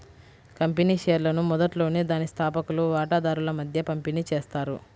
company షేర్లను మొదట్లోనే దాని స్థాపకులు వాటాదారుల మధ్య పంపిణీ చేస్తారు